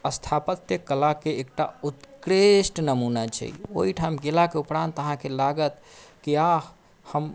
स्थापत्य कला के एकटा उत्कृष्ट नमूना छै ओहिठाम गेला के उपरान्त आहाँकेॅं लागत कि आह हम